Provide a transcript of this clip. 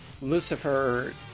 Lucifer